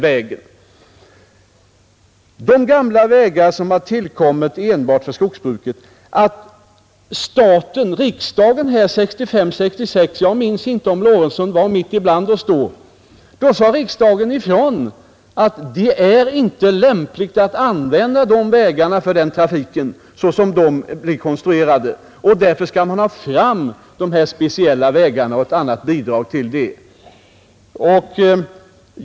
Beträffande de gamla vägar som tillkommit enbart för skogsbruket sade riksdagen år 1965 — jag minns inte om herr Lorentzon var bland oss då — ifrån att det inte var lämpligt att använda dem, såsom de är konstruerade, för allmän trafik och att man därför skulle anlägga de här speciella skogsbilvägarna, som är av intresse ur fritidssynpunkt, och anslå ett högre bidrag till dem.